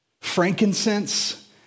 frankincense